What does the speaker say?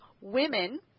women